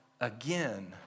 again